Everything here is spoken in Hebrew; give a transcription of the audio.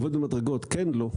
עובד במדרגות; כן-לא,